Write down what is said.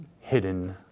hidden